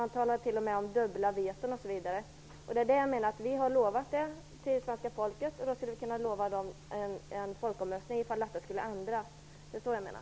Man talade till och med om dubbla veton. Det är det jag menar. Vi har lovat svenska folket detta, då skulle vi kunna lova dem en folkomröstning om det skulle ske förändringar. Det är så jag menar.